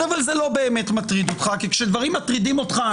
אבל זה לא באמת מטריד אותך כי כאשר דברים מטרידים אותך,